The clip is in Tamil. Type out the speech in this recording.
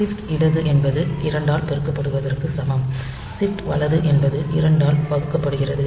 ஷிப்ட் இடது எனபது 2 ஆல் பெருக்கப்படுவதற்கு சமம் ஷிப்ட் வலது என்பது 2 ஆல் வகுக்கப்படுகிறது